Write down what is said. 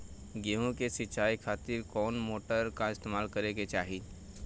गेहूं के सिंचाई खातिर कौन मोटर का इस्तेमाल करे के चाहीं?